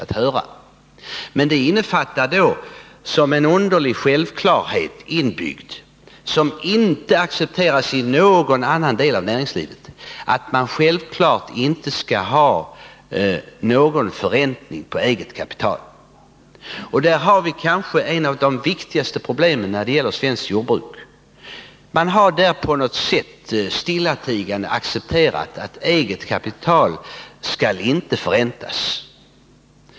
Men inbyggt i det resonemanget finns en underlig självklarhet som inte accepteras i någon annan del av näringslivet, nämligen att man inte skall ha någon förräntning på eget kapital. Och där har vi kanske ett av de viktigaste problemen när det gäller svenskt jordbruk: man har på något sätt stillatigande accepterat att det egna kapitalet inte skall förräntas.